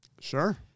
Sure